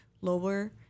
lower